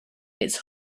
it’s